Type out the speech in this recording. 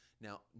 now